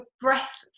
breath